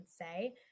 say